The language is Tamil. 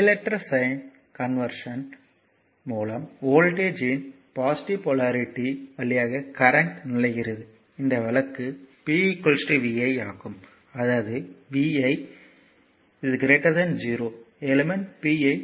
செயலற்ற சைன் கன்வெர்ஷன் மூலம் வோல்ட்டேஜ் இன் பாசிட்டிவ் போலாரிட்டி வழியாக கரண்ட் நுழைகிறது இந்த வழக்கு pvi ஆகும் அதாவது vi0 எலிமெண்ட் P ஐ